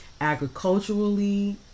Agriculturally